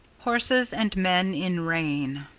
horses and men in rain